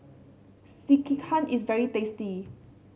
Sekihan is very tasty